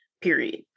period